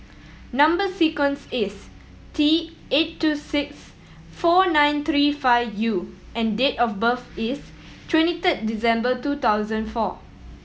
number sequence is T eight two six four nine three five U and date of birth is twenty third December two thousand four